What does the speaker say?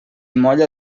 molla